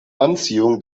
anziehung